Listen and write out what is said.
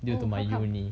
oh how come